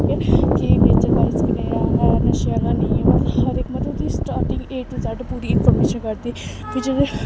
ठीक ऐ कि नेचरवाइज कनेहा ऐ नशे आह्ला नेई होऐ हर इक मतलब ओह्दी स्टाटिंग ए टू जैड्ड पूरी इंफर्मेशन कड्डदी फ्ही जिल्लै